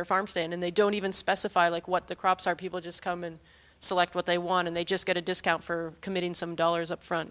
their farm stand and they don't even specify like what the crops are people just come and select what they want and they just get a discount for committing some dollars upfront